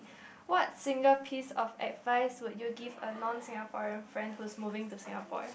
what single piece of advice would you give a non Singaporean friend who's moving to Singapore